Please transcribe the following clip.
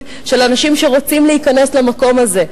של אנשים שרוצים להיכנס למקום הזה,